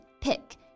Pick